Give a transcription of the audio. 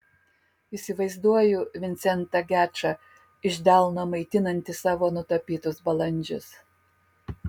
įsivaizduoju vincentą gečą iš delno maitinantį savo nutapytus balandžius